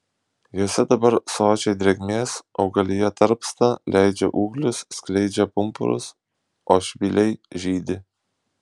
jose dabar sočiai drėgmės augalija tarpsta leidžia ūglius skleidžia pumpurus o švyliai žydi